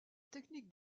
technique